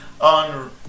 on